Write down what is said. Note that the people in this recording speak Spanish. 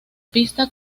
pista